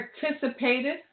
participated